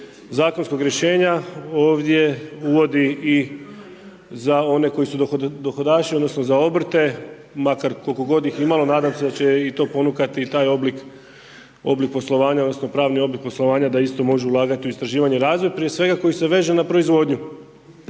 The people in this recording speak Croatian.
zakonskog rješenja ovdje uvodi i za one koji su dohodaši, odnosno, za obrte, makar, koliko godi ih imalo, nadam se da će i to ponukati i taj oblik poslovanja, odnosno, pravni oblik poslovanja da isto može ulagati u istraživanje i razvoj, prije svega koji se veže na proizvodnju.